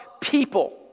people